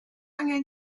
angen